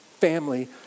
family